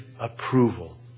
approval